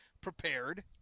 prepared